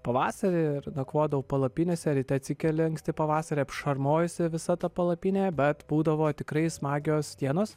pavasarį ir nakvodavau palapinėse ryte atsikeli anksti pavasarį apšarmojusi visa ta palapinė bet būdavo tikrai smagios dienos